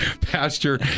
Pastor